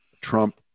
Trump